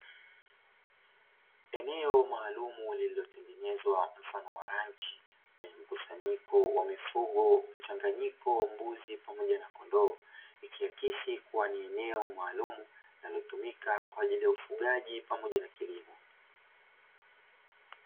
Eneo la kijographia lilio zungukwa na uoto wa asili pamoja na vichaka vya kijani kibichi, utoto wa asili pamoja na vichaka vilivyo ota nyasi ambavyo vina rangi ya kijani kibichi